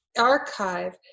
Archive